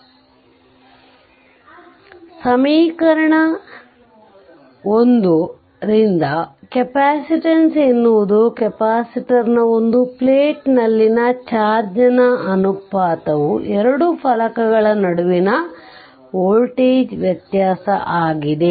ಆದ್ದರಿಂದ ಸಮೀಕರಣ 1 ರಿಂದ ಕೆಪಾಸಿಟನ್ಸ್ ಎನ್ನುವುದು ಕೆಪಾಸಿಟರ್ನ ಒಂದು ಪ್ಲೇಟ್ ನಲ್ಲಿನ ಚಾರ್ಜ್ ನ ಅನುಪಾತವು ಎರಡು ಫಲಕಗಳ ನಡುವಿನ ವೋಲ್ಟೇಜ್ ವ್ಯತ್ಯಾಸ ಆಗಿದೆ